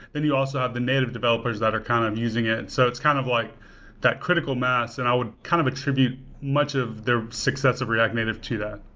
then you also have the native developers that are kind of using it. and so it's kind of like that critical mass, and i would kind of attribute much of the success of react native to that.